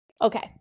Okay